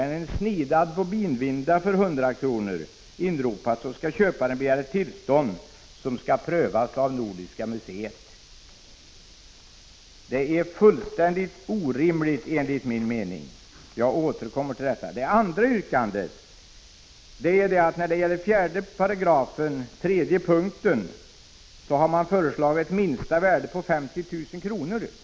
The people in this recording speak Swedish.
eller en snidad bobinvinda för 100 kr. inropas, skall köparen begära ett tillstånd som skall prövas av Nordiska museet. Det är fullständigt orimligt enligt min mening! Jag skall återkomma till detta. Det andra yrkandet gäller 4 § punkt 3, där man föreslagit minsta värde på 50 000 kr.